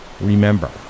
remember